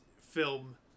film